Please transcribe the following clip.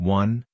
one